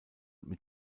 mit